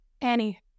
Annie